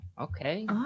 okay